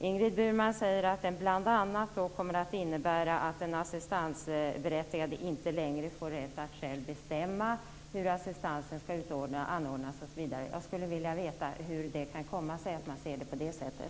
Ingrid Burman säger att det bl.a. kommer att innebära att den assistanberättigade inte längre får rätt att själv bestämma hur assistansen skall anordnas. Jag skulle vilja veta hur det kan komma sig att man ser det på det sättet.